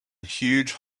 huge